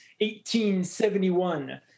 1871